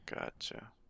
gotcha